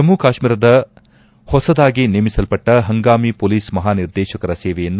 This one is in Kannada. ಜಮ್ಮ ಕಾಶ್ಮೀರದ ಹೊಸದಾಗಿ ನೇಮಿಸಲ್ಪಟ್ಟ ಹಂಗಾಮಿ ಪೊಲೀಸ್ ಮಹಾನಿರ್ದೇಶಕರ ಸೇವೆಯನ್ನು